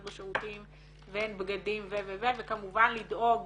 בשירותים ואין בגדים ו --- וכמובן לדאוג